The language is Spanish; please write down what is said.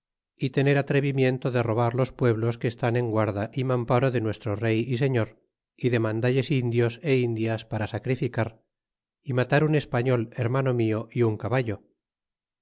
y tener atrevimiento de robar los pueblos que están en guarda y mamparo de nuestro rey y señor y demandalles indios é indias para sacrificar y matar un español hermano mio y un caballo